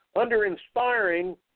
under-inspiring